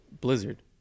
Blizzard